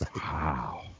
Wow